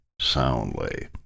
soundly